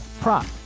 prop